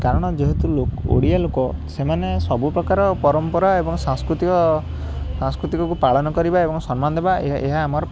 କାରଣ ଯେହେତୁ ଲୋ ଓଡ଼ିଆ ଲୋକ ସେମାନେ ସବୁପ୍ରକାର ପରମ୍ପରା ଏବଂ ସାଂସ୍କୃତିକ ସାଂସ୍କୃତିକକୁ ପାଳନ କରିବା ଏବଂ ସମ୍ମାନ ଦେବା ଏ ଏହା ଆମର